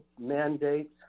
mandates